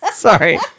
Sorry